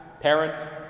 parent